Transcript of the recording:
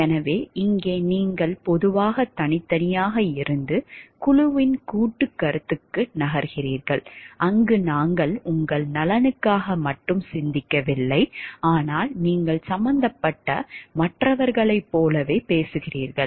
எனவே இங்கே நீங்கள் பொதுவாக தனித்தனியாக இருந்து குழுவின் கூட்டுக் கருத்துக்கு நகர்கிறீர்கள் அங்கு நாங்கள் உங்கள் நலனுக்காக மட்டும் சிந்திக்கவில்லை ஆனால் நீங்கள் சம்பந்தப்பட்ட மற்றவர்களைப் போலவே பேசுகிறீர்கள்